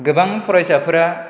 गोबां फरायसाफोरा